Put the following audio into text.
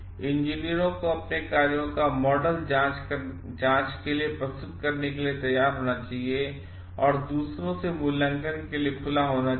इंजीनियरों को अपने कार्यों को मॉडल जांच के लिए प्रस्तुत करने के लिए तैयार होना चाहिए और दूसरों से मूल्यांकन के लिए खुला होना चाहिए